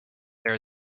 there